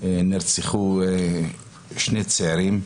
נרצחו שני צעירים,